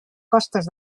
costes